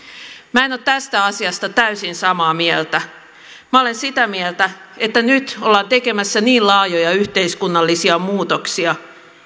minä en ole tästä asiasta täysin samaa mieltä minä olen sitä mieltä että nyt ollaan tekemässä niin laajoja yhteiskunnallisia muutoksia